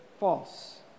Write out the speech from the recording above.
false